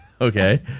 Okay